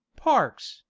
parks,